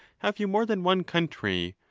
have you more than one country,